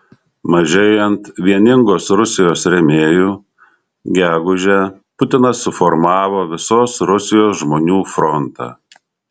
mažėjant vieningos rusijos rėmėjų gegužę putinas suformavo visos rusijos žmonių frontą